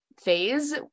phase